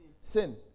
Sin